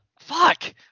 fuck